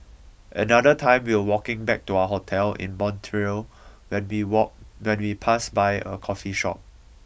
another time we were walking back to our hotel in Montreal when we walk when we passed by a coffee shop